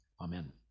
Amen